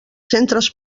centres